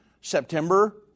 September